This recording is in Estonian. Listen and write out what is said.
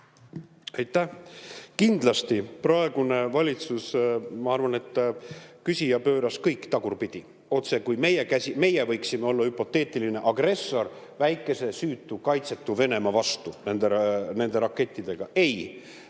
Aitäh! Kindlasti praegune valitsus ... Ma arvan, et küsija pööras kõik tagurpidi, otsekui meie võiksime olla hüpoteetiline agressor, kes läheb väikese, süütu, kaitsetu Venemaa vastu nende rakettidega.